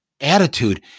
attitude